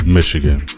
Michigan